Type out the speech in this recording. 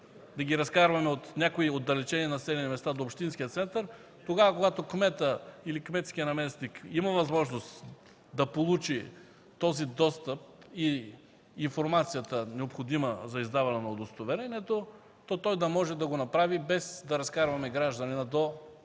да ги разкарваме от някои отдалечени места – тогава, когато кметът или кметският наместник има възможност да получи този достъп и информацията, необходима за издаване на удостоверението, то той да може да го направи, без да разкарваме гражданина до